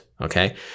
okay